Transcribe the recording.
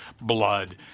blood